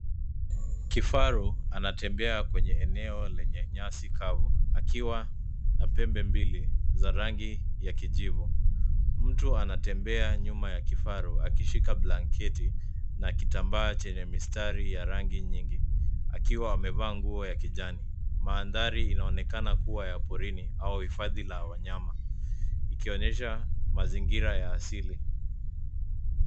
Kifaru anatembea kwenye eneo lenye nyasi kavu akiwa na pembe mbili za rangi ya kijivu. Mtu anatembea nyuma ya kifaru akishika blanketi na kitambaa chenye mistari ya rangi nyingi akiwa amevaa nguo ya kijani. Mandhari inaonekana kuwa ya porini au hifadhi la wanyama ikionyesha mazingira ya asili.